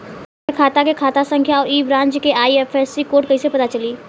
हमार खाता के खाता संख्या आउर ए ब्रांच के आई.एफ.एस.सी कोड कैसे पता चली?